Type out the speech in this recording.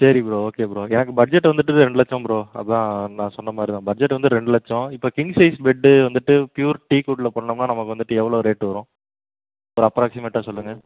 சரி bro okay bro வி எனக்கு பட்ஜெட்டு வந்துட்டு ரெ ரெண்டு லட்சம் ப்ரோ அதுதான் நான் சொன்ன மாதிரி தான் பட்ஜெட் வந்து ரெண்டு லட்சம் இப்போ கிங் சைஸ் பெட்டு வந்துட்டு ப்யூர் டீக்வுட்டில் பண்ணோம்னால் நமக்கு வந்துட்டு எவ்வளோ ரேட்டு வரும் ஒரு அப்ராக்ஸிமேட்டாக சொல்லுங்கள்